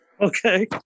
Okay